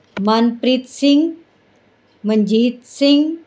Manpreet Singh Manjeet Singh